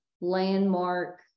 landmark